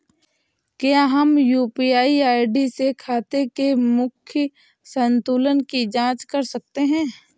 क्या हम UPI ID से खाते के मूख्य संतुलन की जाँच कर सकते हैं?